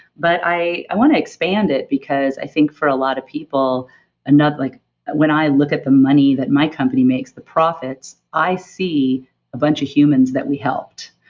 but i i want to expand it because i think for a lot of people and not like when i look at the money that my company makes, the profits, i see a bunch of humans that we helped.